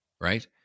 Right